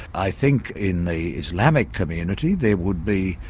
i think in the islamic community there would be,